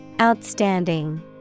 Outstanding